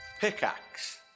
Pickaxe